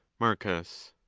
marcus.